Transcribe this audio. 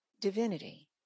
divinity